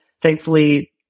Thankfully